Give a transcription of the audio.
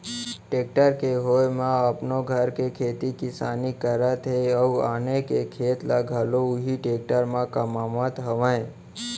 tractor के होय म अपनो घर के खेती किसानी करत हें अउ आने के खेत ल घलौ उही टेक्टर म कमावत हावयँ